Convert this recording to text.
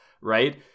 right